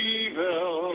evil